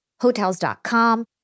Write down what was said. Hotels.com